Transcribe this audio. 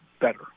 better